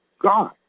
God